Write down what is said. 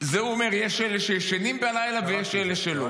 הוא אומר: יש אלה שישנים בלילה, ויש אלה שלא.